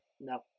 No